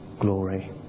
glory